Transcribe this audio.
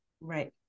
Right